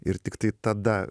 ir tiktai tada